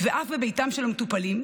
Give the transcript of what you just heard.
ואף בביתם של המטופלים,